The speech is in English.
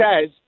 says